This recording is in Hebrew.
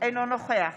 אינו נוכח